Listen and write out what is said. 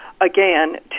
again